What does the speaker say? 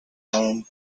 home